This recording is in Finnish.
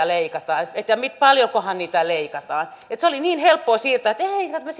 leikataan että paljonkohan niitä leikataan oli niin helppoa siirtää ne ja sanoa että eihän me